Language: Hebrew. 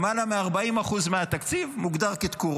למעלה מ-40% מהתקציב מוגדר כתקורות.